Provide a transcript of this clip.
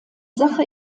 sache